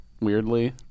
weirdly